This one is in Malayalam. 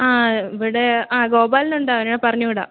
ആ ഇവിടെ അ ഗോപാലനുണ്ട് അവനെ പറഞ്ഞു വിടാം